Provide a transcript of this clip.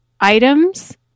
items